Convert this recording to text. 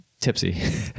tipsy